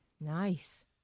Nice